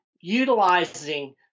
utilizing